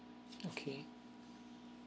okay